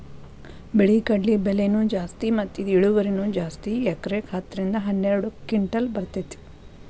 ಬಿಳಿ ಕಡ್ಲಿಗೆ ಬೆಲೆನೂ ಜಾಸ್ತಿ ಮತ್ತ ಇದ ಇಳುವರಿನೂ ಜಾಸ್ತಿ ಎಕರೆಕ ಹತ್ತ ರಿಂದ ಹನ್ನೆರಡು ಕಿಂಟಲ್ ಬರ್ತೈತಿ